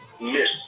miss